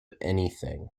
anything